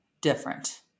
different